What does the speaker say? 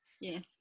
Yes